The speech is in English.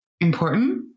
important